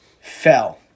fell